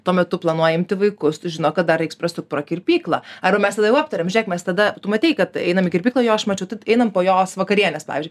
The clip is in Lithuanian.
tuo metu planuoja imti vaikus žino kad dar reiks prasukt pro kirpyklą arba mes tada jau aptariam žėk mes tada tu matei kad einam į kirpyklą jo aš mačiau einam po jos vakarienės pavyzdžiui